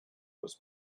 was